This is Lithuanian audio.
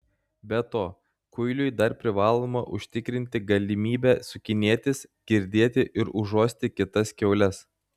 be to kuiliui dar privaloma užtikrinti galimybę sukinėtis girdėti ir užuosti kitas kiaules